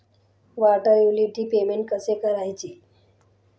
Water utility payment कसे करायचे?